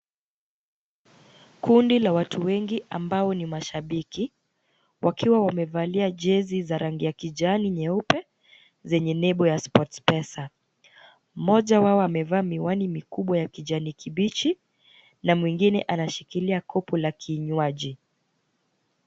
Kundi la watu wengi ambao ni mashabiki wakiwa wamevalia jezi za rangi ya kijani nyeupe zenye nembo ya Sportpesa. Mmoja wao amevaa miwani mikubwa ya kijani kibichi na mwingine anashikilia kopo la kinywaji.